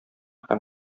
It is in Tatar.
һәм